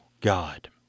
God